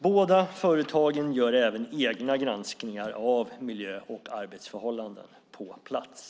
Båda företagen gör även egna granskningar av miljö och arbetsförhållanden på plats.